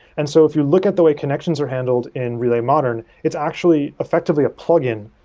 and so if you look at the way connections were handled in relay modern, it's actually effectively a plug in.